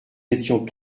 étions